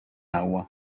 agua